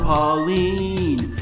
Pauline